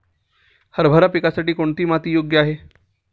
हरभरा पिकासाठी कोणती माती योग्य आहे?